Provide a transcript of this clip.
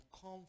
come